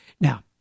Now